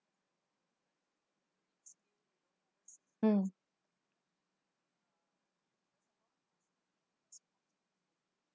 mm